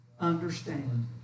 understand